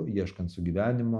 ieškant sugyvenimo